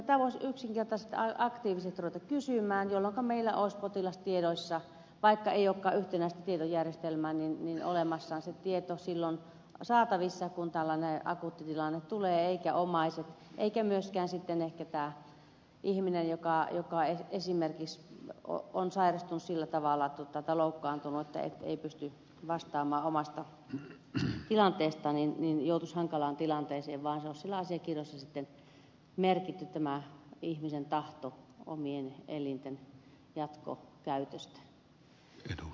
minusta tätä voisi yksinkertaisesti aktiivisesti ruveta kysymään jolloinka meillä olisi potilastiedoissa vaikka ei olekaan yhtenäistä tietojärjestelmää olemassa se tieto silloin saatavissa kun tällainen akuutti tilanne tulee eivätkä omaiset eikä myöskään ehkä tämä ihminen joka esimerkiksi on sairastunut tai loukkaantunut sillä tavalla että ei pysty vastaamaan omasta tilanteestaan joutuisi hankalaan tilanteeseen vaan olisi siellä asiakirjoissa sitten merkitty tämä ihmisen tahto omien elinten jatkokäytöstä